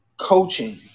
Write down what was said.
coaching